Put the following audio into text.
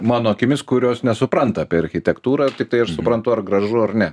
mano akimis kurios nesupranta apie architektūrą tiktai aš suprantu ar gražu ar ne